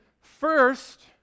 first